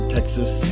Texas